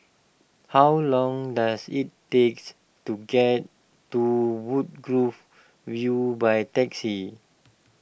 how long does it takes to get to Woodgrove View by taxi